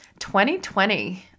2020